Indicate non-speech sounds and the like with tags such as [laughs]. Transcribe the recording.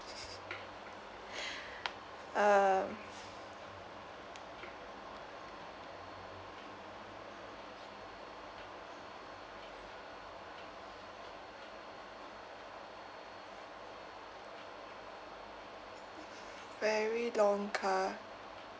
[laughs] um very long car